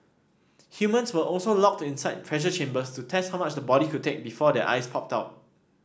humans were also locked inside pressure chambers to test how much the body could take before their eyes popped out